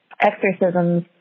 exorcisms